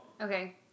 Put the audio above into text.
Okay